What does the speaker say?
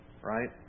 right